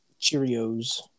Cheerios